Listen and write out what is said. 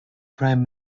prime